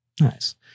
Nice